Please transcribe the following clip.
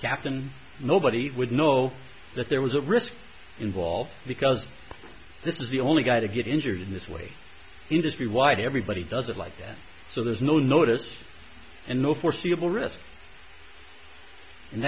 captain nobody would know that there was a risk involved because this is the only guy to get injured in this way industrywide everybody doesn't like that so there's no notice and no foreseeable risk and